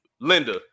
Linda